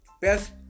best